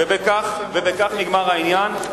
ובכך נגמר העניין.